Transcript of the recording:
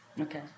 Okay